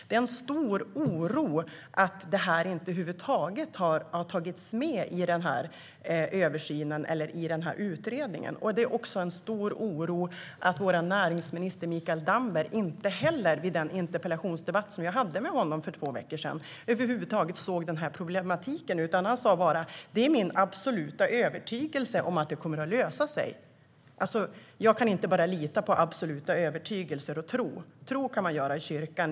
Det finns en stor oro över att detta över huvud taget inte har tagits med i denna översyn och denna utredning. Det finns också en stor oro över att vår näringsminister Mikael Damberg, vid den interpellationsdebatt som jag hade med honom för två veckor sedan, inte heller såg denna problematik. Han sa bara: Det är min absoluta övertygelse att det kommer att lösa sig. Jag kan inte bara lita på en absolut övertygelse och tro. Tro kan man göra i kyrkan.